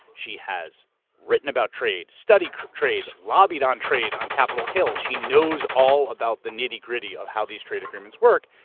she has written about trade, studied trade, lobbied on trade on capitol hill. she knows all about the nitty-gritty of how these trade agreements work,